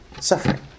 suffering